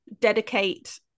dedicate